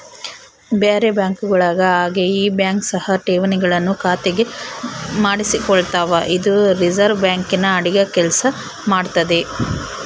ಬೇರೆ ಬ್ಯಾಂಕುಗಳ ಹಾಗೆ ಈ ಬ್ಯಾಂಕ್ ಸಹ ಠೇವಣಿಗಳನ್ನು ಖಾತೆಗೆ ಮಾಡಿಸಿಕೊಳ್ತಾವ ಇದು ರಿಸೆರ್ವೆ ಬ್ಯಾಂಕಿನ ಅಡಿಗ ಕೆಲ್ಸ ಮಾಡ್ತದೆ